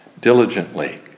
diligently